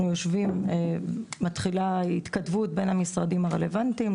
מתחילה התכתבות בין המשרדים הרלוונטיים,